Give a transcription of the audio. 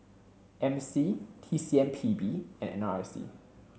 M C T C M P B and N R I C